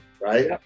right